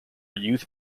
youth